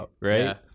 Right